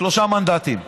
שלושה מנדטים.